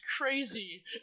crazy